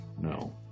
no